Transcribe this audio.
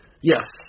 Yes